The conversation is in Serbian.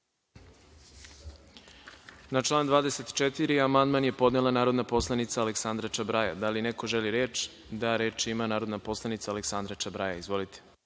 član 24. amandman je podnela narodna poslanica Aleksandra Čabraja. Da li neko želi reč? (Da)Reč ima narodna poslanica Aleksandra Čabraja. Izvolite.